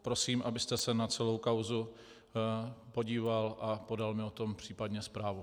Prosím, abyste se na celou kauzu podíval a podal mi o tom případně zprávu.